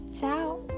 ciao